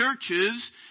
churches